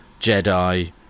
Jedi